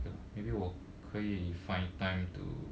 okay lah maybe 我可以 find time to